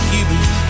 Cubans